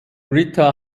rita